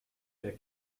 der